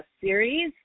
series